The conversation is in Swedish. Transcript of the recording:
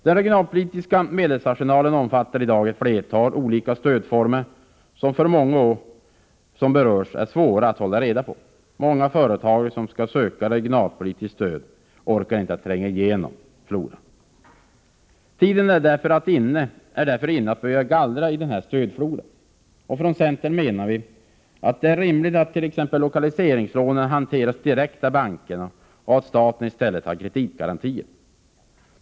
Den regionalpolitiska medelsarsenalen omfattar i dag ett flertal olika stödformer som för många som berörs är svåra att hålla reda på. Många företagare som skall söka regionalpolitiskt stöd orkar inte tränga igenom floran. Tiden är därför inne att börja gallra i denna stödflora. Från centern menar vi att det är rimligt att t.ex. lokaliseringslånen hanteras direkt av bankerna och att staten i stället har kreditgarantier.